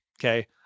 Okay